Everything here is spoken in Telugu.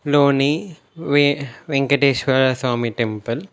లోని వె వెంకటేశ్వర స్వామి టెంపుల్